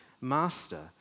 master